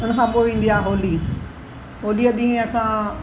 उन खां पोइ ईंदी आहे होली होलीअ ॾींहुं असां